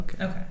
Okay